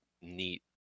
neat